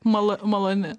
malo maloni